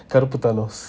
கருப்பு:karupu thanos